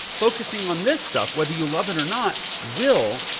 focusing on this stuff whether you love it or not will.